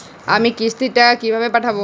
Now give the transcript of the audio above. আমি কিস্তির টাকা কিভাবে পাঠাব?